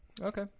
Okay